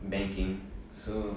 banking so